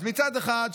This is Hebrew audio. אז מצד אחד,